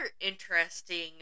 interesting